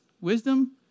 Wisdom